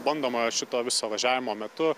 bandomojo šito viso važiavimo metu